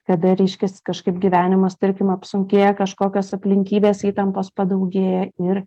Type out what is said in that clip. kada reiškias kažkaip gyvenimas tarkim apsunkėja kažkokios aplinkybės įtampos padaugėja ir